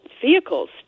Vehicles